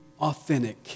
authentic